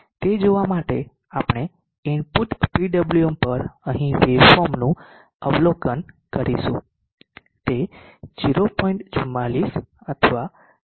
તે જોવા માટે આપણે ઇનપુટ PWM પર અહીં વેવ ફોર્મનું અવલોકન કરીશું